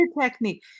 technique